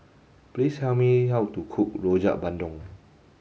please tell me how to cook Rojak Bandung